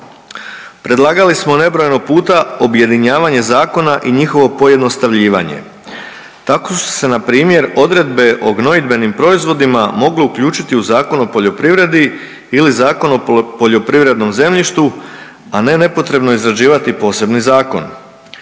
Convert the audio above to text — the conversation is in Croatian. Predlagali smo nebrojeno puta objedinjavanje zakona i njihovo pojednostavljivanje. Tako su se npr. odredbe o gnojidbenim proizvodima mogle uključiti u Zakon o poljoprivredi ili Zakon o poljoprivrednom zemljištu, a ne nepotrebno izrađivati posebni zakon.